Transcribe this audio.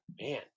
man